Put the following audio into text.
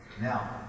Now